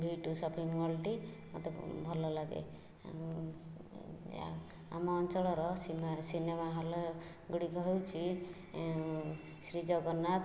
ଭି two shopping ମଲ୍ଟି ମୋତେ ଭଲଲାଗେ ଆମ ଅଞ୍ଚଳର ସିନେମା ହଲ୍ ଗୁଡ଼ିକ ହଉଛି ଶ୍ରୀଜଗନ୍ନାଥ